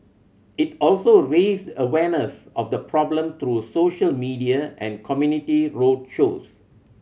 it also raised awareness of the problem through social media and community road shows